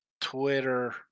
Twitter